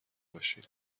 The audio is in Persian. باشین